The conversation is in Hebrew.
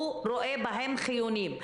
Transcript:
הוא רואה בהם חיוניים.